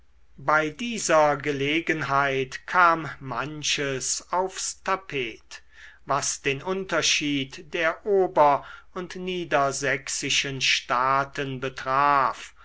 bei dieser gelegenheit kam manches aufs tapet was den unterschied der ober und niedersächsischen staaten betraf